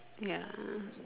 ya